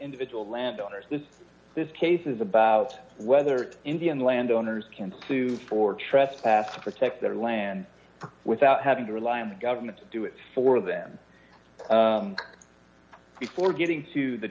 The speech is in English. individual landowners that this case is about whether indian landowners can pursue for trespass protect their land without having to rely on the government to do it for them before getting to the